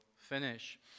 finish